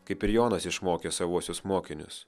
kaip ir jonas išmokė savuosius mokinius